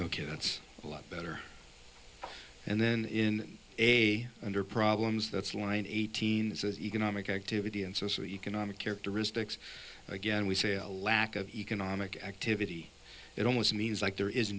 ok that's a lot better and then in a hundred problems that's line eighteen says economic activity and socio economic characteristics again we say a lack of economic activity it almost means like there is